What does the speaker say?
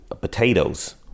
Potatoes